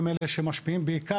הם אלה שמשפיעים בעיקר,